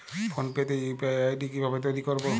Phone pay তে UPI ID কি ভাবে তৈরি করবো?